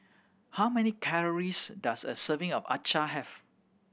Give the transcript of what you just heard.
how many calories does a serving of acar have